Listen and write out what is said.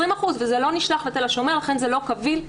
וזה לא נשלח לתל השומר לכן זה לא קביל,